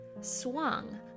Swung